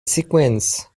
sequence